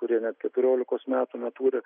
kurie net keturiolikos metų neturi